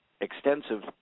extensive